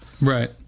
Right